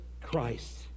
Christ